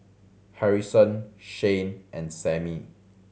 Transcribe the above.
Harrison Shane and Samie